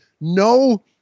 no